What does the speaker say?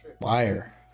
Liar